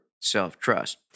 self-trust